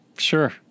Sure